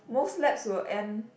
most labs will end